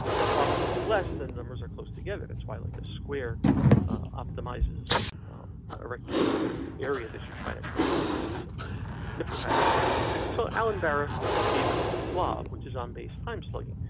their product will be less than numbers are close together. that's why, like a square optimizes ah rectangular area, that you're trying to create persistent different kind of rectangle. so allen barra gave us the slob which is on base time slugging.